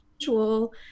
visual